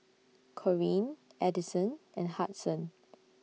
Corene Adison and Hudson